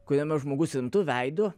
kuriame žmogus rimtu veidu